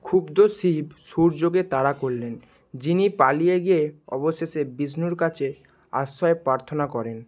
ক্ষুব্ধ শিব সূর্যকে তাড়া করলেন যিনি পালিয়ে গিয়ে অবশেষে বিষ্ণুর কাছে আশ্রয় প্রার্থনা করেন